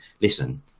Listen